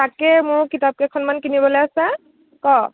তাকে মোৰো কিতাপ কেইখনমান কিনিবলৈ আছে ক'